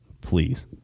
please